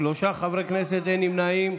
שלושה חברי כנסת, אין נמנעים.